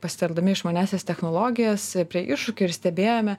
pasitelkdami išmaniąsias technologijas prie iššūkių ir stebėjome